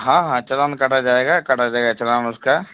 ہاں ہاں چلان کاٹا جائے گا کاٹا جائے گا چلان اس کا